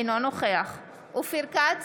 אינו נוכח אופיר כץ,